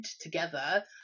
together